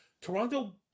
Toronto